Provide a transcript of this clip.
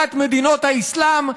בוועידת מדינות האסלאם,